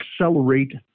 accelerate